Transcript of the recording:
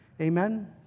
Amen